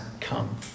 come